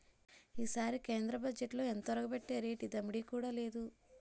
ఈసారి కేంద్ర బజ్జెట్లో ఎంతొరగబెట్టేరేటి దమ్మిడీ కూడా లేదు